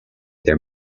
their